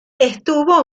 estuvo